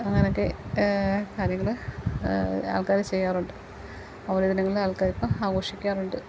അങ്ങനെയൊക്കെ കാര്യങ്ങൾ ആൾക്കാർ ചെയ്യാറുണ്ട് അവധി ദിനങ്ങൾ ആൾക്കാരിപ്പോൾ ആഘോഷിക്കാറുണ്ട്